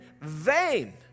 vain